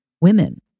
women